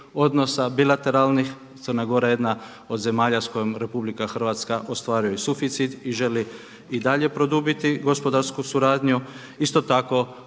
odnosa, bilateralnih. Crna Gora je jedna od zemalja s kojom Republika Hrvatska ostvaruje suficit i želi i dalje produbiti gospodarsku suradnju. Isto tako